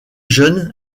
jeune